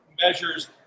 measures